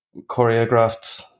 choreographed